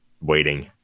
Waiting